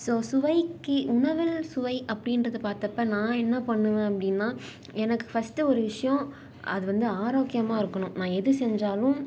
so சுவைக்கு உணவில் சுவை அப்டின்றதை பார்த்தப்ப நான் என்ன பண்ணுவேன் அப்படினா எனக்கு ஃபஸ்டு ஒரு விஷயம் அது வந்து ஆரோக்கியமாக இருக்கணும் நான் எது செஞ்சாலும்